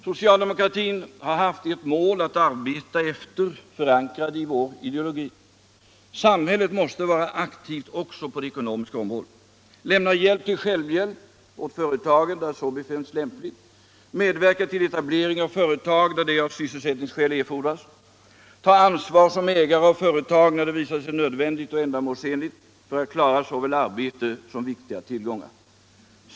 Socialdemokratin har haft ett mål att arbeta för, förankrad i vår ideologi. Samhället måste vara aktivt också på det ekonomiska området. Lämna hjälp till självhiälp åt företagen där så befinns lämpligt.. Medverka till etablering av företag där det av sysselsättningsskäl erfordras. Ta ansvar som ägare av företag där det visar sig nödvändigt och ändamålsenligt för att klara såväl arbete som viktiga tillgångar.